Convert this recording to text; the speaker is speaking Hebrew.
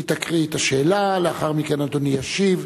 היא תקריא את השאלה ולאחר מכן אדוני ישיב.